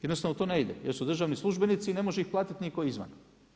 Jednostavno to ne ide, jer su državni službenici i ne može ih platiti nitko izvan.